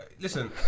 listen